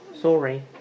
Sorry